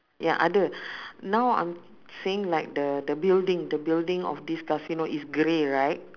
ya ada now I'm saying like the the building the building of this casino is grey right